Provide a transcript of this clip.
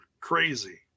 crazy